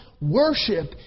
Worship